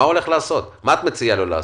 מה את מציעה לו לעשות?